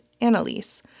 Annalise